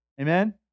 Amen